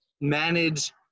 manage